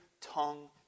tongue